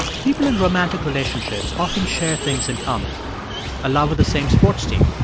people in romantic relationships often share things in common a love of the same sports team,